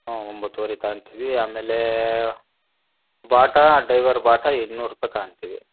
ಹಾಂ ಒಂಬತ್ತೂವರೆ ತಗೊಂತೀವಿ ಆಮೇಲೆ ಬಾಟಾ ಡೈವರ್ ಬಾಟಾ ಇನ್ನೂರು ರೂಪಾಯಿ ತಗೊಂತೀವಿ